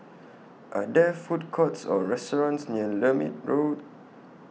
Are There Food Courts Or restaurants near Lermit Road